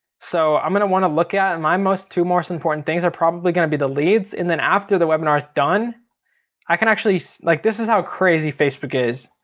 so i'm gonna want to look at, and my most two most important things are probably gonna be the leads and then after the webinar's done i can actually, like this is how crazy facebook is.